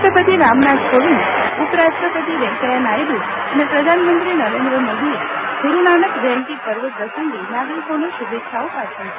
રાષ્ટ્રપતિ રામનાથ કોવિંદ ઉપરાષ્ટ્રપતિ વૈંકેયા નાયડુ અને પ્રધાનમંત્રી નરેન્દ્ર મોદીએ ગુરૂનાનક જયંતિ પર્વ પ્રસંગે નાગરિકોને શુભેચ્છાઓ પાઠવી છે